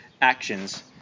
actions